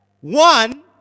One